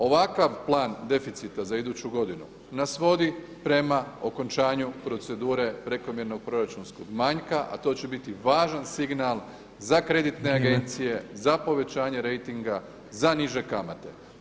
Ovakav plan deficita za iduću godinu nas vodi prema okončanju procedure prekomjernog proračunskog manjka, a to će biti važan signal za kreditne agencije, za povećanje rejtinga, za niže kamate.